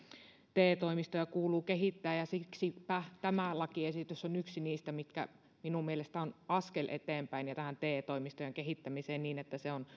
te toimistoja kuuluu kehittää ja siksipä tämä lakiesitys on yksi niistä mitkä minun mielestäni ovat askel eteenpäin ja te toimistojen kehittämiseksi niin että se on